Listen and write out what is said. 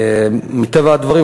2. מטבע הדברים,